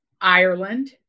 ireland